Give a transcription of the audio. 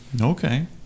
Okay